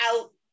out